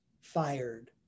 fired